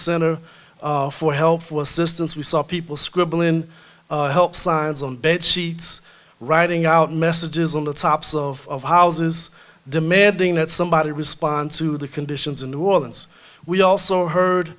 center for help for assistance we saw people scribble in help signs on bed sheets writing out messages on the tops of houses demanding that somebody responds to the conditions in new orleans we also heard